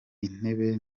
intebe